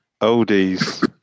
Oldies